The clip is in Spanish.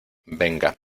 venga